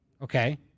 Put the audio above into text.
Okay